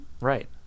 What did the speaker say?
Right